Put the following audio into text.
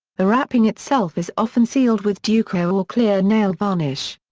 the wrapping itself is often sealed with duco or clear nail varnish.